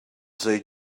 say